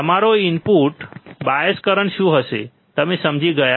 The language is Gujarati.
તમારો ઇનપુટ બાયસ કરંટ શું હશે તમે સમજી ગયા